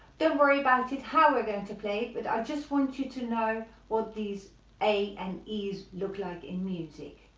don't worry about it how we're going to play but i just want you to know what these a's and e's look like in music.